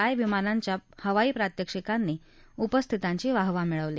I विमानांच्या हवाई प्रात्याक्षिकांनी उपस्थितांची वाहवा मिळवली